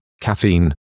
caffeine